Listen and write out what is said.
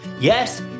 Yes